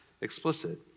explicit